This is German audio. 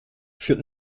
führt